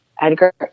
Edgar